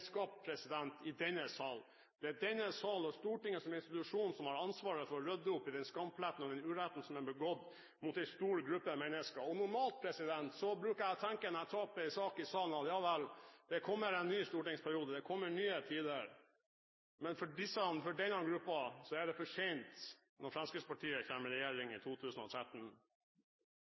i denne sal. Det er denne sal og Stortinget som institusjon som har ansvaret for den skampletten og for å rydde opp i den uretten som er begått mot en stor gruppe mennesker. Normalt bruker jeg å tenke når jeg taper en sak i salen: Ja vel, det kommer en ny stortingsperiode, det kommer nye tider. Men for denne gruppen er det for sent når Fremskrittspartiet kommer i regjering i 2013.